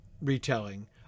retelling